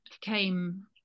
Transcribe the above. came